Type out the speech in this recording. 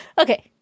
Okay